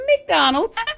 McDonald's